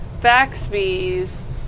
Baxby's